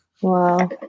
Wow